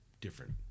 different